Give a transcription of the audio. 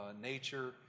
nature